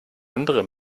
andere